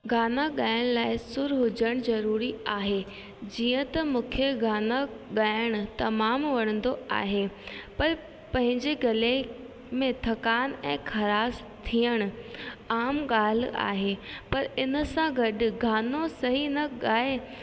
गाना ॻाइण लाइ सुर हुजणु ज़रूरी आहे जीअं त मूंखे गाना ॻाइण तमामु वणंदो आहे पर पंहिंजे गले में थकान ऐं खराश थिअणु आम ॻाल्हि आहे पर हिन सां गॾु गानो सही न ॻाए